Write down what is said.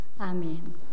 Amen